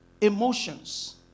emotions